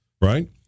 right